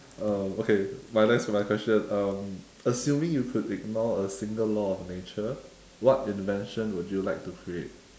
um okay my next to my question um assuming you could ignore a single law of nature what invention would you like to create